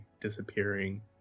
disappearing